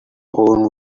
own